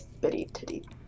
bitty-titty